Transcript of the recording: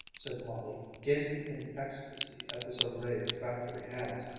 said molly, gazing in ecstasy at this array of factory hands.